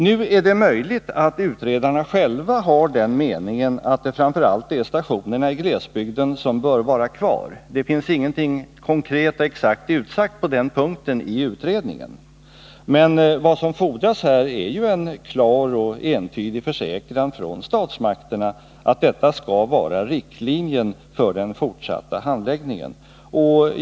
Nu är det möjligt att utredarna själva har den meningen att det framför allt är stationerna i glesbygden som bör vara kvar. Det finns inget konkret och exakt utsagt på den punkten i utredningen. Men vad som fordras här är en klar och entydig försäkran från statsmakterna att detta skall vara riktlinjen för den fortsatta handläggningen.